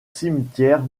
cimetière